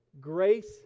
Grace